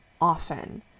often